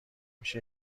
میشه